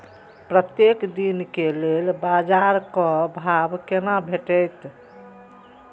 प्रत्येक दिन के लेल बाजार क भाव केना भेटैत?